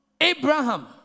Abraham